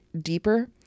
deeper